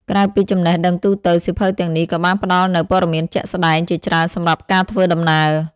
ក្រៅពីចំណេះដឹងទូទៅ សៀវភៅទាំងនេះក៏បានផ្ដល់នូវ ព័ត៌មានជាក់ស្ដែង ជាច្រើនសម្រាប់ការធ្វើដំណើរ។